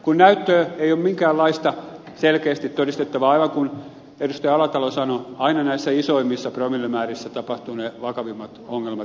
kun näyttöä ei ole minkäänlaista selkeästi todistettavaa aivan kuin edustaja alatalo sanoi aina näissä isoimmissa promillemäärissä tapahtuvat ne vakavimmat ongelmat